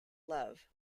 love